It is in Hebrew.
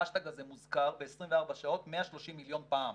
ההאשטאג הזה מוזכר ב-24 שעות 130 מיליון פעם,